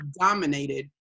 dominated